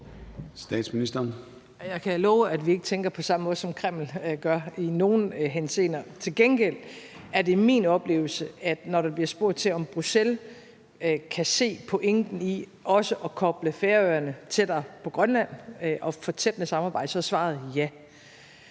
Frederiksen): Jeg kan love, at vi ikke tænker på samme måde, som Kreml gør, i nogen henseender. Til gengæld er det min oplevelse, at når der bliver spurgt til, om Bruxelles kan se pointen i også at koble Færøerne tættere på Grønland og gøre samarbejdet tættere, så er svaret ja.